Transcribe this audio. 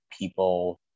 people